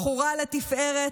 בחורה לתפארת,